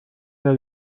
der